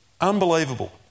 Unbelievable